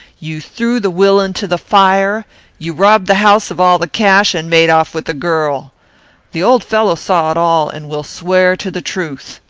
you threw the will into the fire you robbed the house of all the cash, and made off with the girl the old fellow saw it all, and will swear to the truth.